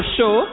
Show